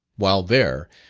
while there,